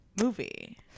movie